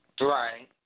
Right